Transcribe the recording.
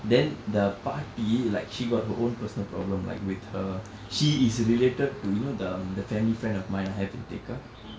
then the paatti like she got her own personal problem like with her she is related to you know the the family friend of mine I have in tekka